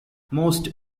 most